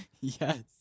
Yes